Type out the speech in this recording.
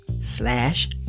slash